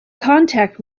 contact